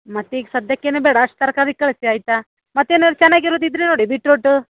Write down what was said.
ಮತ್ತೀಗ ಸದ್ಯಕ್ಕೇನು ಬೇಡ ಅಷ್ಟು ತರಕಾರಿ ಕಳಿಸಿ ಆಯಿತಾ ಮತ್ತೇನಾರು ಚೆನ್ನಾಗಿ ಇರೋದಿದ್ರ ನೋಡಿ ಬೀಟ್ರೂಟ್